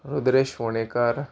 Rudresh Vanekar